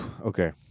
okay